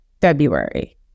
February